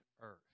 earth